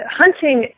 hunting